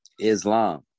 Islam